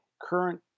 current